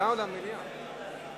למליאה או לוועדה?